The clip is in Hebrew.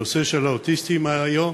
הנושא של האוטיסטים היום